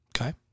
Okay